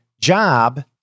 job